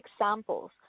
examples